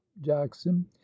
jackson